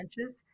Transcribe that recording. inches